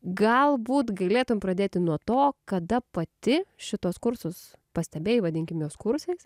galbūt galėtum pradėti nuo to kada pati šituos kursus pastebėjai vadinkim juos kursais